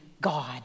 God